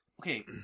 Okay